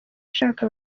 ashaka